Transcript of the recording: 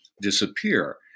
disappear